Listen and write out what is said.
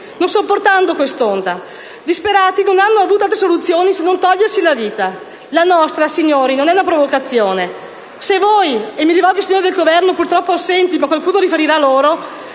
Non sopportando quest'onta, disperati, non hanno avuto altre soluzioni, se non togliersi la vita! La nostra non è una provocazione! Se voi, e mi riferisco ai signori del Governo, purtroppo assenti, ma qualcuno riferirà loro...